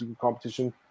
competition